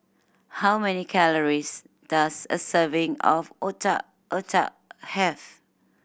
how many calories does a serving of Otak Otak have